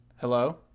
Hello